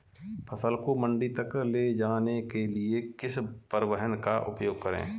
फसल को मंडी तक ले जाने के लिए किस परिवहन का उपयोग करें?